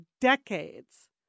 decades